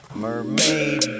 mermaid